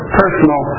personal